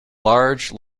large